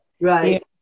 Right